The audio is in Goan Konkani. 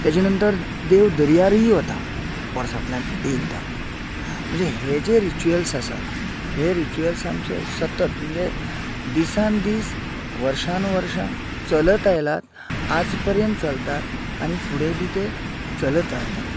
तेजे नंतर देव दर्यारय वता वर्सांतल्यान एकदा म्हणजे हे जे रिचूएल्स आसात हे रिचूअल्स आमचे सतत म्हणजे दिसान दिस वर्सान वर्स चलत आयल्यात आज पर्यंत चलतात आनी फुडें बी ते चलत रावतले